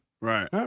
Right